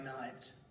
nights